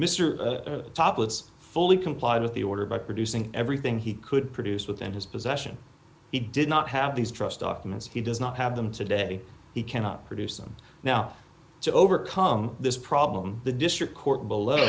mr topless fully complied with the order by producing everything he could produce within his possession he did not have these trust documents he does not have them today he cannot produce them now so overcome this problem the district court below